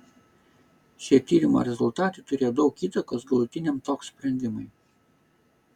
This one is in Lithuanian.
šie tyrimo rezultatai turėjo daug įtakos galutiniam tok sprendimui